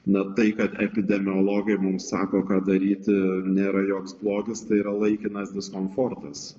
na tai kad epidemiologai mums sako ką daryti nėra joks blogis tai yra laikinas diskomfortas